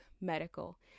medical